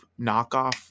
knockoff